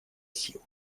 сил